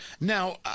Now